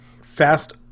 fast